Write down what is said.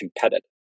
competitive